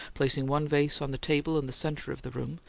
placing one vase on the table in the center of the room,